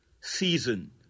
season